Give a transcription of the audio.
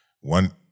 one